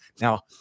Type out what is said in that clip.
Now